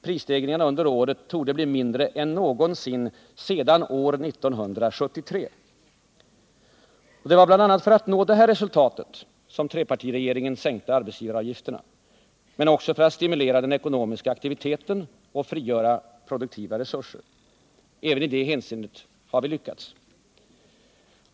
Prisstegringarna under året torde bli mindre än någonsin sedan 1973. Det var bl.a. för att nå detta resultat som trepartiregeringen sänkte arbetsgivaravgifterna men också för att stimulera den ekonomiska aktiviteten och frigöra produktiva resurser. Även i det hänseendet har trepartiregeringen lyckats.